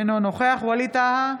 אינו נוכח ווליד טאהא,